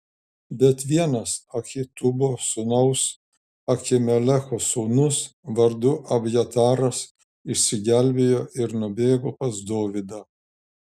bet vienas ahitubo sūnaus ahimelecho sūnus vardu abjataras išsigelbėjo ir nubėgo pas dovydą